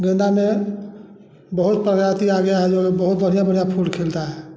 गेंदा में बहुत प्रगति आ गया है बहुत बढ़िया बढ़िया फूल खिलता है